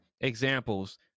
examples